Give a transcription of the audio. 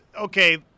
okay